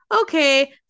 okay